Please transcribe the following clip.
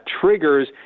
triggers